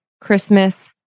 Christmas